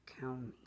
County